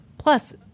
Plus